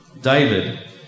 David